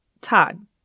Todd